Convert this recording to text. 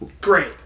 Great